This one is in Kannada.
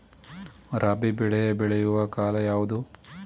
ರಾಬಿ ಬೆಳೆ ಬೆಳೆಯುವ ಕಾಲ ಯಾವುದು?